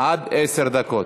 עד עשר דקות.